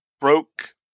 broke